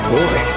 Boy